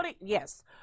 Yes